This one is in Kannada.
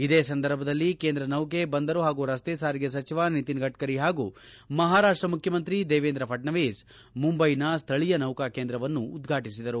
ಇದೇ ಸಂದರ್ಭದಲ್ಲಿ ಕೇಂದ್ರ ನೌಕೆ ಬಂದರು ಹಾಗೂ ರಸ್ತೆ ಸಾರಿಗೆ ಸಚಿವ ನಿತಿನ್ ಗಡ್ಡರಿ ಹಾಗೂ ಮಹಾರಾಷ್ಟ ಮುಖ್ಯಮಂತ್ರಿ ದೇವೇಂದ್ರ ಫಡ್ನವಿಸ್ ಮುಂಬೈನ ಸ್ವಳೀಯ ನೌಕಾ ಕೇಂದ್ರವನ್ನೂ ಉದ್ವಾಟಿಸಿದರು